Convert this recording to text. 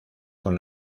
con